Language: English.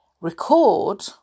record